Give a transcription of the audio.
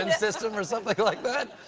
and system or something like that?